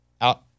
out